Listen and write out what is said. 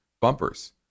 bumpers